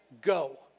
Go